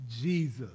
Jesus